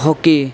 hockey